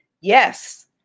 Yes